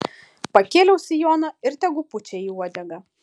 pakėliau sijoną ir tegu pučia į uodegą